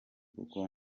kuko